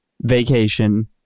vacation